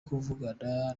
kuvugana